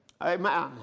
Amen